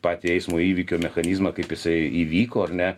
patį eismo įvykio mechanizmą kaip jisai įvyko ar ne